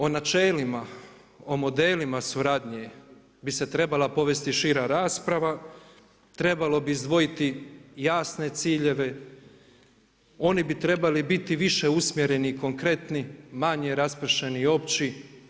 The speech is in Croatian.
O načelima, o modelima suradnje bi se trebala povesti šira rasprava, trebalo bi izdvojiti jasne ciljeve, oni bi trebali biti više usmjereni i konkretni, manje raspršeni i opći.